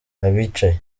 abicaye